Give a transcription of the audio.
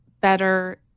better